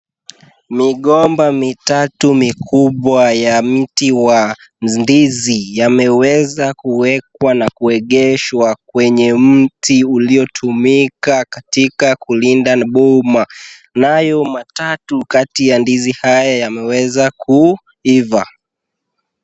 Migomba mitatu mikubwa ya mti wa ndizi, yameweza kuwekwa na kuegeshwa kwenye mti uliotumika katika kulinda boma, nayo matatu kati ya ndizi haya yameweza kuiva.